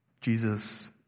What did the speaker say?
Jesus